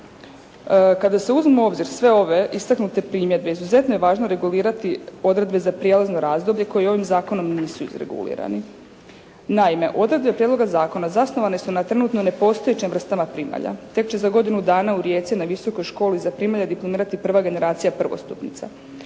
Kada se uzmu u obzir sve ove istaknute primjedbe izuzetno je važno regulirati odredbe za prijelazno razdoblje koji ovim zakonom nisu izregulirani. Naime odredbe prijedloga zakona zasnovane su na trenutno nepostojećim vrstama primalja. Tek će za godinu dana u Rijeci na Visokoj školi za primalje diplomirati prva generacija prvostupnica.